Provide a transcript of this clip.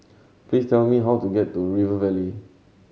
please tell me how to get to River Valley